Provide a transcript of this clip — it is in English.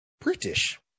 British